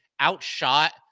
outshot